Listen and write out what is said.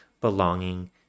belonging